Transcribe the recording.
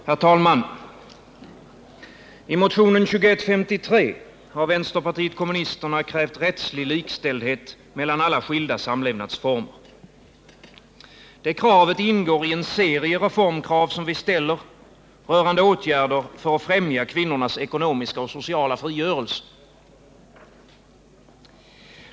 Herr talman! I motionen 2153 har vänsterpartiet kommunisterna krävt rättslig likställdhet mellan alla skilda samlevnadsformer. Det kravet ingår i en serie reformkrav som vi ställer rörande åtgärder för att främja kvinnornas ekonomiska och sociala frigörelse.